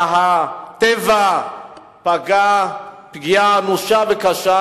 שהטבע פגע בה פגיעה אנושה וקשה,